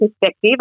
perspective